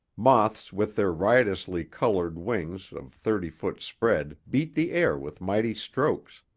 moths with their riotously colored wings of thirty-foot spread beat the air with mighty strokes,